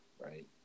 right